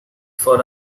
for